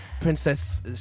Princess